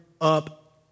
up